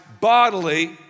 bodily